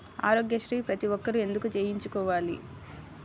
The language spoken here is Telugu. ఆరోగ్యశ్రీ ప్రతి ఒక్కరూ ఎందుకు చేయించుకోవాలి?